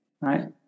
right